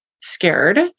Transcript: scared